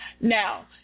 Now